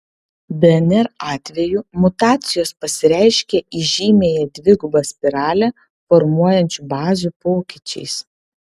dnr atveju mutacijos pasireiškia įžymiąją dvigubą spiralę formuojančių bazių pokyčiais